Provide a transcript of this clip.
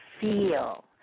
feel